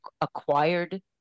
acquired